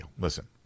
Listen